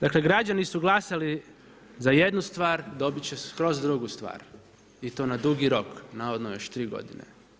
Dakle građani su glasali za jednu stvar, dobit će skroz drugu stvar i to na dugi rok, navodno još 3 godine.